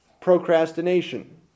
procrastination